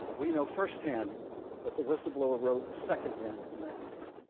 we know firsthand what the whistleblower wrote secondhand in the complaint,